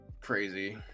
crazy